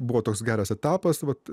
buvo toks geras etapas vat